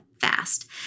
fast